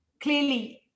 clearly